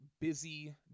Busy